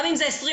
גם אם זה 20%,